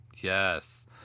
Yes